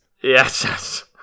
yes